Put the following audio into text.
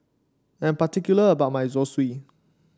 I'm particular about my Zosui